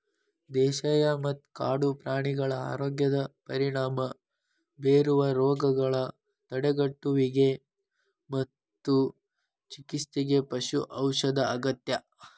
ದೇಶೇಯ ಮತ್ತ ಕಾಡು ಪ್ರಾಣಿಗಳ ಆರೋಗ್ಯದ ಪರಿಣಾಮ ಬೇರುವ ರೋಗಗಳ ತಡೆಗಟ್ಟುವಿಗೆ ಮತ್ತು ಚಿಕಿತ್ಸೆಗೆ ಪಶು ಔಷಧ ಅಗತ್ಯ